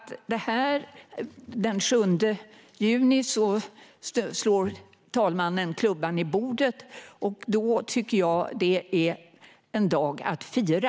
Den 7 juni slår talmannen klubban i bordet, och det tycker jag är en dag att fira.